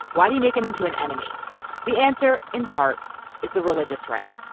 why do you make him into an enemy the answer in part is the religious right